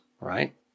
Right